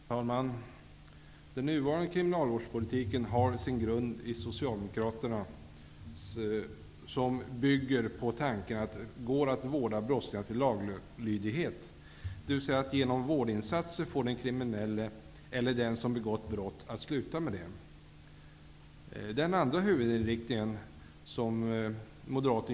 Herr talman! Den nuvarande kriminalvårdspolitiken har sin grund i Socialdemokraternas, som bygger på tanken att det går att vårda brottslingar till laglydighet, dvs. att genom vårdinsatser få den kriminelle eller den som begått brott att sluta med det.